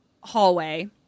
hallway